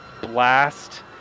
Blast